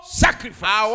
sacrifice